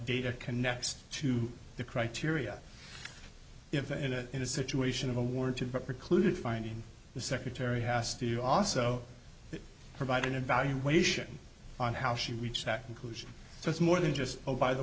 data connects to the criteria if a in a in a situation of a war to preclude finding the secretary has to also provide an evaluation on how she reached that conclusion so it's more than just oh by the